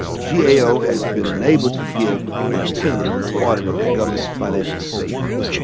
gao has been unable to give an opinion on the audit of the government's financial statements.